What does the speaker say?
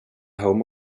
home